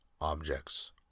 objects